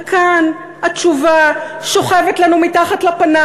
וכאן התשובה שוכבת לנו מתחת לפנס,